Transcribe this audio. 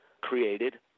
created